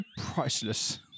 priceless